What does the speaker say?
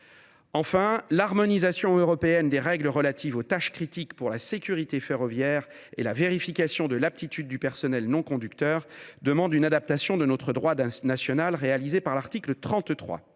Enfin, l’harmonisation européenne des règles relatives aux tâches critiques pour la sécurité ferroviaire et de la vérification de l’aptitude du personnel non conducteur appelle une adaptation de notre droit national, ce que prévoit l’article 33.